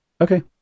Okay